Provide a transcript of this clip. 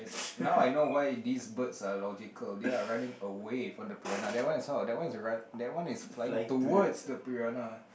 now I know why this birds are logical they are running away from the piranha that one is how that one is run that one is flying towards the piranha